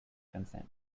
consent